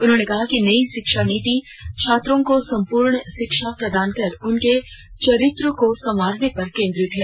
उन्होंने कहा कि नयी शिक्षा नीति छात्रों को सम्पूर्ण शिक्षा प्रदान कर उनके चरित्र को संवारने पर केन्द्रित है